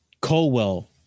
Colwell